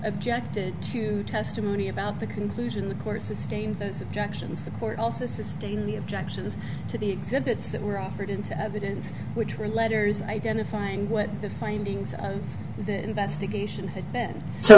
objected to testimony about the conclusion in the course of staying those objections the court also sustained the objections to the exhibits that were offered into evidence which were letters identifying what the findings of the investigation had been so